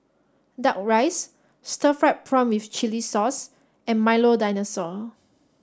Duck Rice Stir Fried Prawn with Chili Sauce and Milo Dinosaur